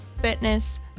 fitness